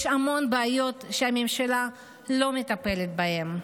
יש המון בעיות שהממשלה לא מטפלת בהן,